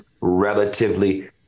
relatively